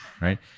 Right